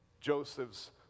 Joseph's